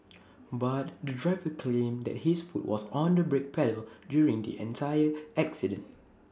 but the driver claimed that his foot was on the brake pedal during the entire accident